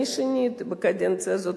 אני שיניתי בקדנציה הזאת,